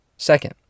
Second